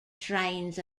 shrines